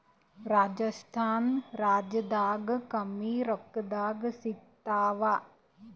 ರಾಜಸ್ಥಾನ ರಾಜ್ಯದಾಗ ಕಮ್ಮಿ ರೊಕ್ಕದಾಗ ಸಿಗತ್ತಾವಾ?